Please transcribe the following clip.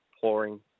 pouring